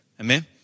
Amen